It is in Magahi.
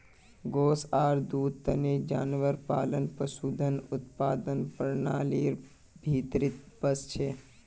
गोस आर दूधेर तने जानवर पालना पशुधन उत्पादन प्रणालीर भीतरीत वस छे